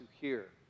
hear